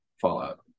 fallout